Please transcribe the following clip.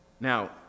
Now